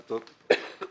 דלתות כניסה,